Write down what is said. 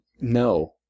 No